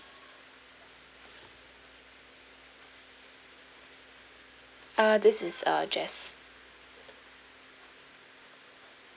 uh this is uh jess